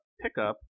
pickup